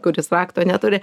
kuris rakto neturi